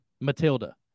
Matilda